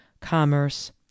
commerce